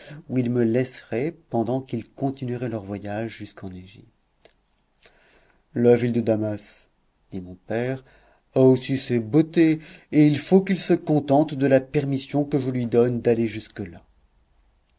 où ils me laisseraient pendant qu'ils continueraient leur voyage jusqu'en égypte la ville de damas dit mon père a aussi ses beautés et il faut qu'il se contente de la permission que je lui donne d'aller jusque-là